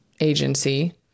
agency